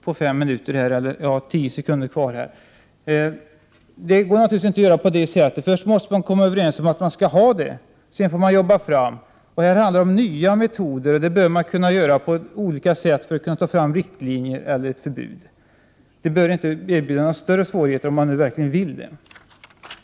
Jag har nu bara några sekunder kvar av min repliktid och kan naturligtvis inte göra en sådan deklaration. Först måste vi vara överens om att vi skall ha miljökonsekvensbeskrivningarna och därefter får man arbeta fram dem. Det är här fråga om nya metoder, och det bör kunna ske på olika sätt genom att man tar fram riktlinjer eller inför förbud. Det bör inte erbjuda några större svårigheter om man nu verkligen vill åstadkomma någonting.